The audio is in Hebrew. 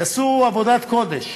שעשו עבודת קודש